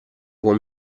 con